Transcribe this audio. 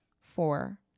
four